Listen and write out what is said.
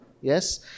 Yes